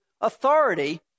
authority